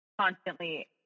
constantly